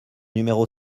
numéro